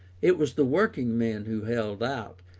it was the working men who held out,